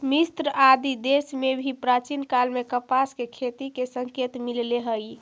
मिस्र आदि देश में भी प्राचीन काल में कपास के खेती के संकेत मिलले हई